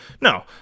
no